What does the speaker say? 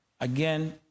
Again